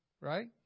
Right